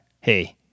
hey